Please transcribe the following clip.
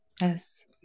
Yes